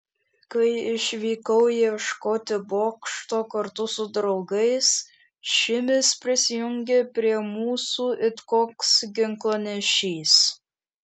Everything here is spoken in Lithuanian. kai išvykau ieškoti bokšto kartu su draugais šimis prisijungė prie mūsų it koks ginklanešys